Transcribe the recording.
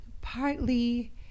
partly